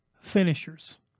finishers